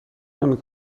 نمی